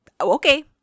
okay